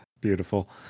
beautiful